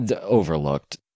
overlooked